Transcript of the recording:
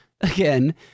Again